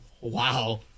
Wow